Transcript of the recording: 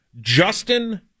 Justin